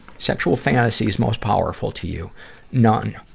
sexual fantasies most powerful to you none.